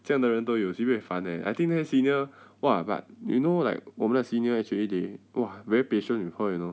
这样的人都有 sibeh 烦 leh I think 那些 senior !wah! but you know like 我们的 senior actually they !wah! very patient with her you know